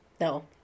no